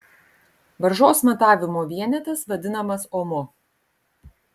varžos matavimo vienetas vadinamas omu